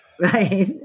Right